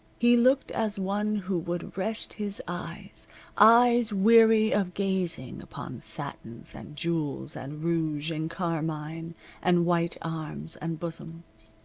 he looked as one who would rest his eyes eyes weary of gazing upon satins, and jewels, and rouge, and carmine, and white arms, and bosoms.